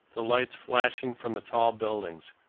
the lights flashing from the tall buildings,